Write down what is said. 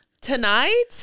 Tonight